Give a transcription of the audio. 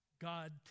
God